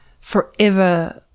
forever